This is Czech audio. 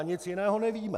Nic jiného nevíme.